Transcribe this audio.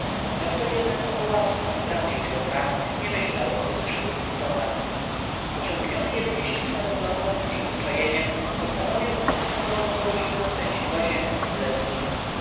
dr jednak muchołapski ubrany już we frak nie myślał o dwuskrzydłych istotach pociągniony jedynie śliczną pogodą i przyzwyczajeniem postanowił ostatnią wolną godzinę spędzić w łazienkach królewskich